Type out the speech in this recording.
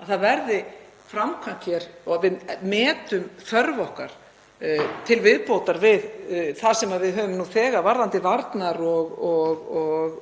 að það verði framkvæmt hér að við metum þörf okkar til viðbótar við það sem við höfum nú þegar varðandi varnar- og